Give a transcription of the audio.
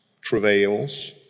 travails